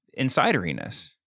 insideriness